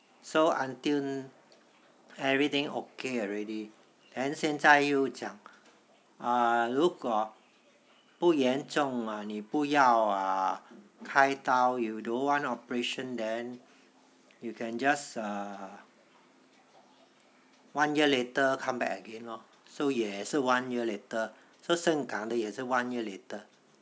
so until everything okay already then 现在又讲 err 如果不严重 uh 你不要开刀 you don't want operation then you can just uh one year later come back again lor so 也是 one year later so 盛港的也是 one year later